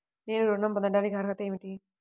నేను ఋణం పొందటానికి అర్హత ఏమిటి?